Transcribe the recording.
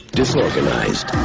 disorganized